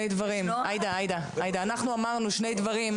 עאידה, אנחנו אמרנו שני דברים.